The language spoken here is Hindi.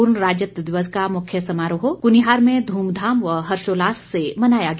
पूर्ण राज्यत्व दिवस का मुख्य समारोह कुनिहार में ध्रमधाम व हर्षोल्लास से मनाया गया